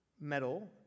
metal